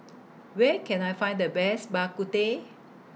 Where Can I Find The Best Bak Kut Teh